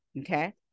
Okay